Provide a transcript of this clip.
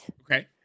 Okay